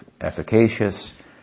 efficacious